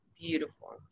beautiful